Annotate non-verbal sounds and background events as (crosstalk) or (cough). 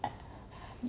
(laughs)